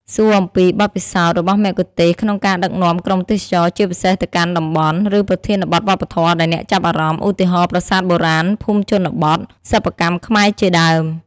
សួរអំពី បទពិសោធន៍ របស់មគ្គុទ្ទេសក៍ក្នុងការដឹកនាំក្រុមទេសចរ ជាពិសេសទៅកាន់តំបន់ ឬប្រធានបទវប្បធម៌ដែលអ្នកចាប់អារម្មណ៍ ឧទាហរណ៍ ប្រាសាទបុរាណ ភូមិជនបទ សិប្បកម្មខ្មែរជាដើម។